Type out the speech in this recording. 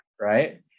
right